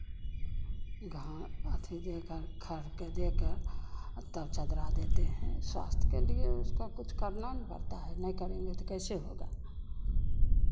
घा अथि देकर खढ़ को देकर आ तब चदरा देते हैं स्वास्थ्य के लिए उसको कुछ करना ना पड़ता है नहीं करेंगे तो कैसे होगा